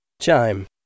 Chime